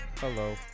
Hello